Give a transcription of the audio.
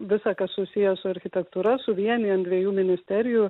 visa kas susiję su architektūra suvienijant dviejų ministerijų